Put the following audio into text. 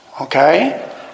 Okay